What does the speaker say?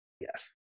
Yes